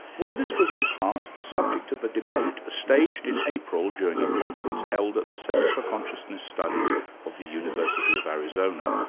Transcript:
well this was in part the subject of a debate staged in april during a conference held at the centre for consciousness studies of the university of arizona.